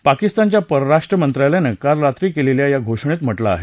पाकिस्तानच्या परराष्ट्रमंत्रालयानं काल रात्री केलेल्या या घोषणेत म्हटलं आहे